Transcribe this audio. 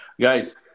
guys